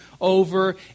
over